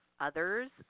others